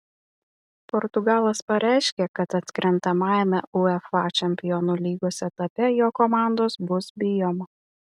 portugalas pareiškė kad atkrentamajame uefa čempionų lygos etape jo komandos bus bijoma